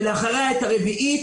ולאחריה את הרביעית.